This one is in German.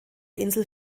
insel